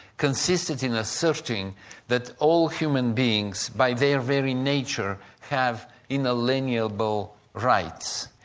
consisted in asserting that all human beings, by their very nature, have inalienable rights.